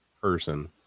person